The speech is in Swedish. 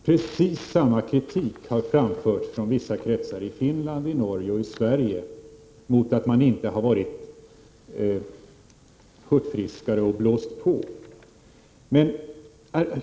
Precis samma kritik har framförts från vissa kretsar i Finland, Norge och Sverige mot att man inte har varit mer hurtfrisk och ”blåst på”.